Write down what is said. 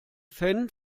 fan